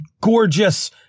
gorgeous